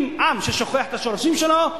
אם עם שוכח את השורשים שלו,